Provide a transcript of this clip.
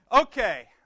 Okay